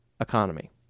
economy